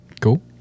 Cool